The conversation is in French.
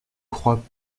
croient